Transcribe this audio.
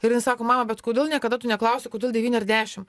ir jinai sako mama bet kodėl niekada tu neklausi kodėl devyni ar dešimt